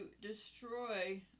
destroy